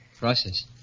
Process